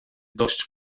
dość